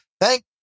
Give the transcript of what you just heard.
thank